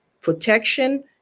protection